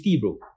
bro